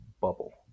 bubble